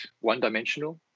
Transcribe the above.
one-dimensional